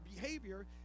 behavior